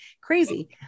crazy